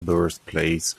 birthplace